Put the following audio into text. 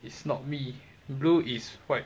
is not me blue is white